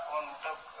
untuk